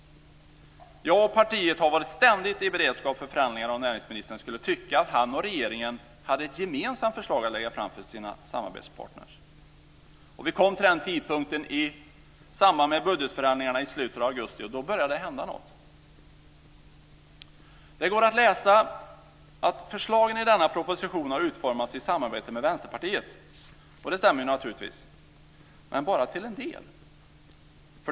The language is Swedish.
Jag och partiet har varit ständigt i beredskap för förhandlingar om näringsministern skulle tycka att han och regeringen hade ett gemensamt förslag att lägga fram för sina samarbetspartner. Vi kom till den tidpunkten i samband med budgetförhandlingarna i slutet av augusti, och då började det hända något. Det går att läsa att "förslagen i denna proposition har utformats i samarbete med Vänsterpartiet". Och det stämmer naturligtvis, men bara till en viss del.